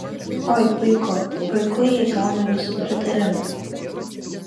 oi puiku puiku jei gaunu jūsų pritarimą